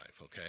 okay